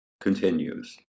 continues